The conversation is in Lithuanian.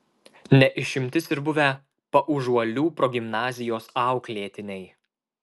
ne išimtis ir buvę paužuolių progimnazijos auklėtiniai